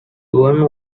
yuen